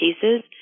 cases